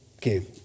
que